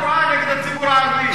הסתה פרועה נגד הציבור הערבי.